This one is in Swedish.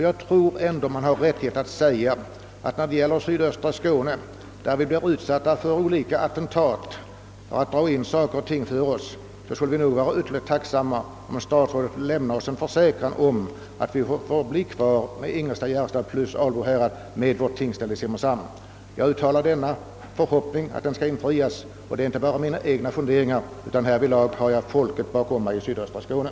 Jag tror att jag med rätta kan säga att vi i sydöstra Skåne ofta utsättes för attentat genom indragningar av olika slag. Det skulle därför vara ytterligt tacknämligt, om statsrådet kunde försäkra att vi i Albo härad fortfarande kommer att få tillhöra Ingelstads och Järrestads domsaga och få vårt tingsställe förlagt till Simrishamn. Det är inte bara jag som skulle önska detta, utan bakom denna förhoppning står hela befolkningen i sydöstra Skåne.